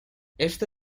este